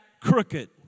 crooked